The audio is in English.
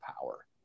power